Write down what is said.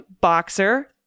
Boxer